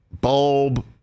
bulb